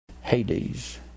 Hades